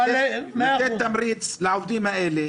לתת תמריץ לעובדים האלה,